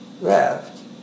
left